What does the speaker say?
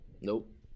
Nope